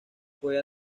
fue